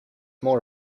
more